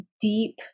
deep